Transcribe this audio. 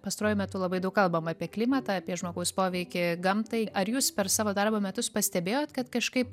pastaruoju metu labai daug kalbam apie klimatą apie žmogaus poveikį gamtai ar jūs per savo darbo metus pastebėjot kad kažkaip